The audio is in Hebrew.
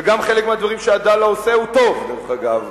וגם חלק מהדברים ש"עדאלה" עושה הוא טוב, דרך אגב.